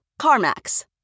CarMax